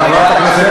חבר הכנסת